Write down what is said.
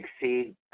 exceed